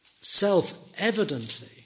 self-evidently